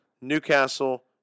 Newcastle